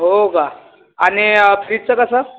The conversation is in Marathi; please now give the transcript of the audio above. हो का आणि फ्रीजचं कसं